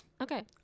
Okay